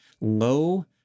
low